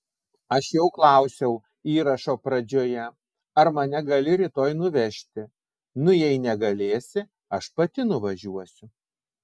aš jau klausiau įrašo pradžioje ar mane gali rytoj nuvežti nu jei negalėsi aš pati nuvažiuosiu